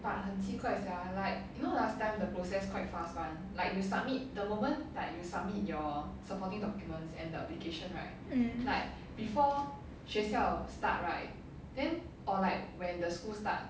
mm